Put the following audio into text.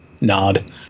nod